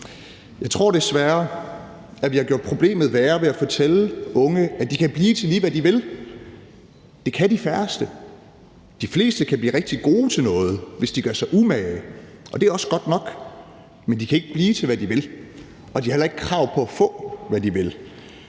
Jeg tror desværre, at vi har gjort problemet værre ved at fortælle unge, at de kan blive til, lige hvad de vil. Det kan de færreste. De fleste kan blive rigtig gode til noget, hvis de gør sig umage, og det er også godt nok, men de kan ikke blive til, hvad de vil, og de har heller ikke krav på at få, hvad de vil.